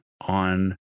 on